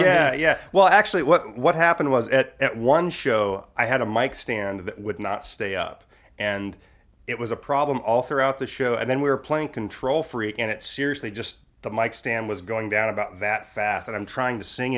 yeah yeah well actually what happened was at one show i had a mike stand that would not stay up and it was a problem all throughout the show and then we were playing control freak and it seriously just the mike stand was going down about that fast and i'm trying